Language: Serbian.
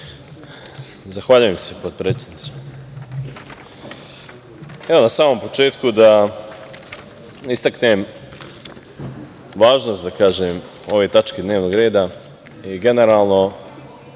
Zahvaljujem se potpredsednici